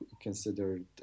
considered